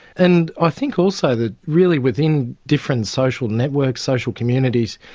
and i think also that really within different social networks, social communities,